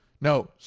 No